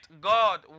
God